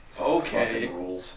Okay